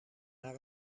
naar